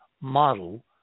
model